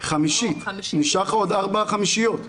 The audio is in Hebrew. חמישית, נשארו לך עוד ארבע חמישיות.